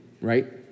right